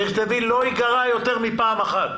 תכתבי: לא ייגרע יותר מפעם אחת.